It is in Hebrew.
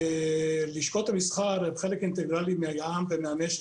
לשכות המסחר הן חלק אינטגרלי מהעם ומהמשק.